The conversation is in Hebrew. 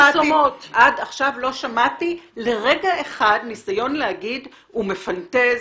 עד עכשיו לא שמעתי לרגע אחד ניסיון אחד להגיד הוא מפנטז,